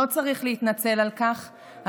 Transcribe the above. לא צריך להתנצל על כך,